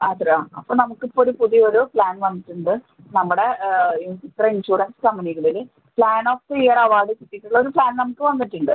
അപ്പം നമുക്ക് ഇപ്പോഴൊരു പുതിയൊരു പ്ലാൻ വന്നിട്ടുണ്ട് നമ്മുടെ ഇത്രയും ഇൻഷുറൻസ് കമ്പനികളിൽ plan of the year award കിട്ടിയിട്ടുള്ള ഒരു പ്ലാൻ നമുക്ക് വന്നിട്ടുണ്ട്